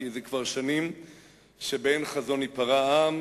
כי זה כבר שנים ש"באין חזון ייפרע עם",